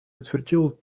утвердил